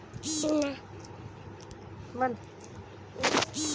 किसान खेत में मेहनत करता है और छोटी सी आमदनी में अपनी जिंदगी चलाता है